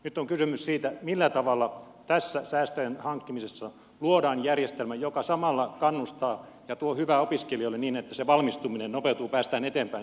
nyt on kysymys siitä millä tavalla tässä säästöjen hankkimisessa luodaan järjestelmä joka samalla kannustaa ja tuo hyvää opiskelijoille niin että se valmistuminen nopeutuu päästään eteenpäin siellä ja työelämään